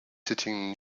sitting